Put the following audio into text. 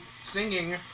singing